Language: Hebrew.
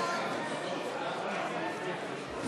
סיעת יש עתיד